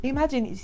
Imagine